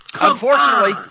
Unfortunately